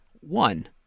one